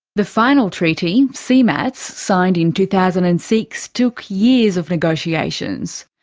the final treaty, cmats, signed in two thousand and six, took years of negotiations.